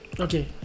Okay